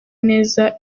neza